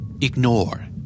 Ignore